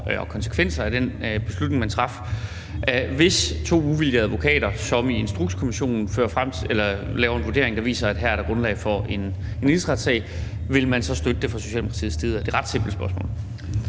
og konsekvenser af den beslutning, man traf – og hvis to uvildige advokater, som i Instrukskommissionen laver en vurdering, der viser, at her er der grundlag for en rigsretssag, ville man så støtte det fra Socialdemokratiets side? Det er et ret simpelt spørgsmål.